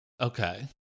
Okay